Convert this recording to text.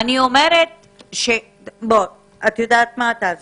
את יודעת מה, תעזבי.